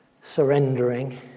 surrendering